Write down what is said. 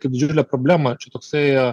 kaip didžiulė problema čia toksai